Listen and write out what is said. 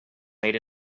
made